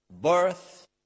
birth